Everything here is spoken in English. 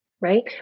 right